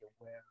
aware